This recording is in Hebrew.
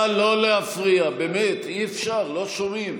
נא לא להפריע, באמת, אי-אפשר, לא שומעים.